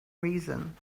reason